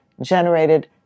generated